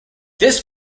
this